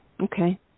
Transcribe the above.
Okay